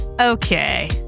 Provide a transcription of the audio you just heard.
Okay